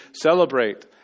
celebrate